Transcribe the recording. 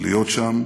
להיות שם